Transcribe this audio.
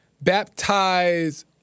baptize